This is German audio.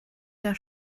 der